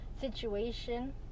situation